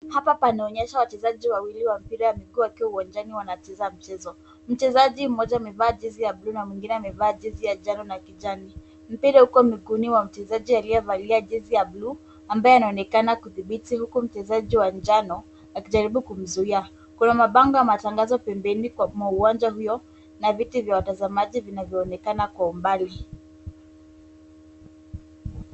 Hapa panaonyesha wachezaji wawili wa mpira wa miguu wakiwa uwanjani wanacheza mchezo. Mchezaji mmoja amevaa jezi ya blue na mwingine amevaa jezi ya njano na kijani. Mpira uko miguuni mwa mchezaji aliyevalia jezi ya blue , ambaye anaonekana kudhibiti huku mchezaji wa njano akijaribu kumzuia. Kuna mabango ya matangazo pembeni, kwa uwanja huo, na viti vya watazamaji vinaonekana kwa umbali.